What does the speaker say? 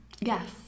yes